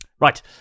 Right